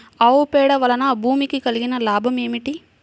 ఆవు పేడ వలన భూమికి కలిగిన లాభం ఏమిటి?